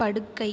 படுக்கை